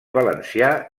valencià